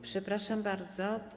Przepraszam bardzo.